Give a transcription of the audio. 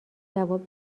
جواب